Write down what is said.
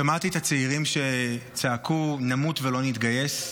שמעתי את הצעירים שצעקו: נמות ולא נתגייס,